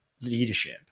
leadership